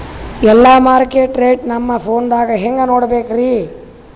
ಎಲ್ಲಾ market rate ನಮ್ ಫೋನದಾಗ ಹೆಂಗ ನೋಡಕೋಬೇಕ್ರಿ?